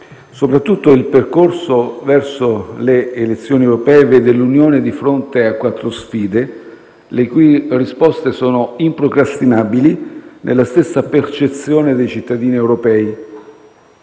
Soprattutto il percorso verso le elezioni europee vede l'Unione di fronte a quattro sfide, le cui risposte sono improcrastinabili nella stessa percezione dei cittadini europei.